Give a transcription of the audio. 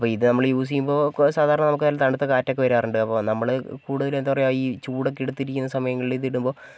അപ്പം ഇത് നമ്മൾ യൂസ് ചെയ്യുമ്പോൾ ഒക്കെ സാധാരണ നല്ല തണുത്ത കാറ്റൊക്കെ വരാറുണ്ട് അപ്പോൾ നമ്മൾ കൂടുതൽ എന്താണ് പറയുക ഈ ചൂടൊക്കെ എടുത്തിരിക്കുന്ന സമയങ്ങളിൽ ഇതിടുമ്പോൾ